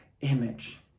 image